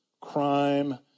crime